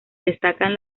destacan